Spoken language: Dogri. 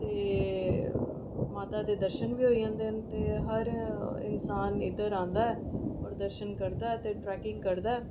ते माता दे दर्शन बी होई जंदे न ते हर इन्सान इद्धर आंदा ऐ ते दर्शन करदा ऐ ट्रैकिंग करदा ऐ